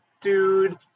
Dude